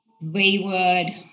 wayward